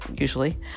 usually